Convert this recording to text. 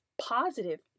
positive